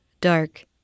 dark